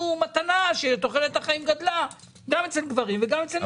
מתנה שתוחלת החיים גדלה גם אצל גברים וגם אצל נשים.